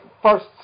First